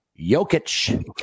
Jokic